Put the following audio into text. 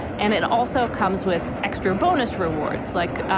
and it also comes with extra bonus rewards, like,